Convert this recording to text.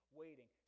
waiting